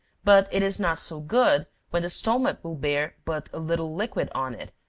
but it is not so good, when the stomach will bear but a little liquid on it,